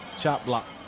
chop block.